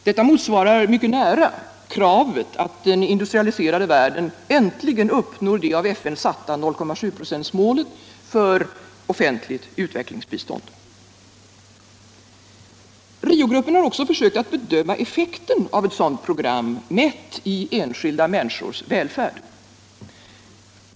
Detta motsvarar mycket nära kravet att den industrialiserade världen äntligen uppnår det av FN satta 0.7 procentsmålet för offentligt utvecklingsbistånd. Rio-gruppen har också försökt bedöma effekten av ett sådant program, mätt i enskilda människors välfärd.